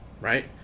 Right